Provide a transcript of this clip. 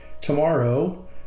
tomorrow